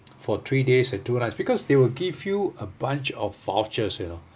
for three days and two nights because they will give you a bunch of vouchers you know